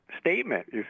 statement